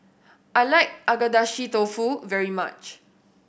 I like Agedashi Dofu very much